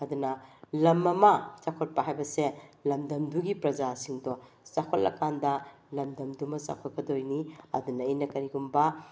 ꯑꯗꯨꯅ ꯂꯝ ꯑꯃ ꯆꯥꯎꯈꯠꯄ ꯍꯥꯏꯕꯁꯦ ꯂꯝꯗꯝꯗꯨꯒꯤ ꯄ꯭ꯔꯖꯥꯁꯤꯡꯗꯣ ꯆꯥꯎꯈꯠꯂ ꯀꯥꯟꯗ ꯂꯝꯗꯝꯗꯨꯃ ꯆꯥꯎꯈꯠꯀꯗꯣꯏꯅꯤ ꯑꯗꯨꯅ ꯑꯩꯅ ꯀꯔꯤꯒꯨꯝꯕ